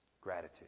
gratitude